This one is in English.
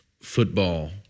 football